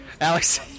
Alex